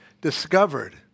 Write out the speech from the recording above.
discovered